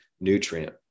nutrient